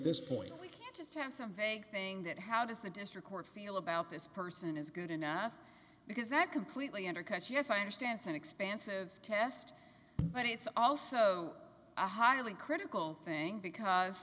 some vague thing that how does the district court feel about this person is good enough because that completely undercuts yes i understand expansive test but it's also a highly critical thing because